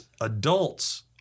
adults